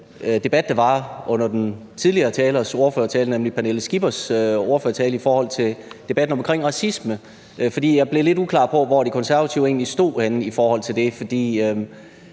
debat, der var under den tidligere talers ordførertale, nemlig fru Pernille Skippers ordførertale i forhold til debatten om racisme. Jeg blev lidt uklar på, hvor De Konservative egentlig stod henne i forhold til det, for